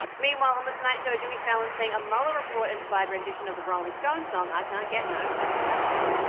meanwhile, on the tonight show jimmy fallon sang a mueller report-inspired rendition of the rolling stones song i can't get no satisfaction.